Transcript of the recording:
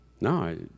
No